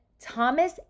Thomas